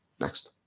Next